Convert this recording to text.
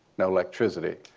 no electricity.